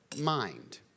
mind